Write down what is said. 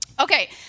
Okay